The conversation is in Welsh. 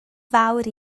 fawr